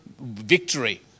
victory